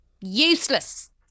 useless